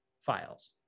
Files